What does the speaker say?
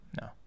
no